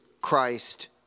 Christ